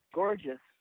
gorgeous